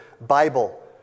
Bible